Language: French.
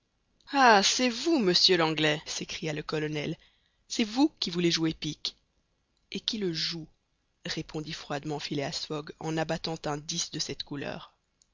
ah c'est vous monsieur l'anglais s'écria le colonel c'est vous qui voulez jouer pique et qui le joue répondit froidement phileas fogg en abattant un dix de cette couleur